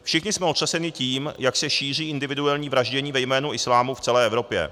Všichni jsme otřeseni tím, jak se šíří individuální vraždění ve jménu islámu v celé Evropě.